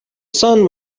sun